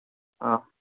অঁ